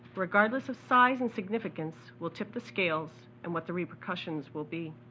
regardless of size and significance, will tip the scales, and what the repercussions will be.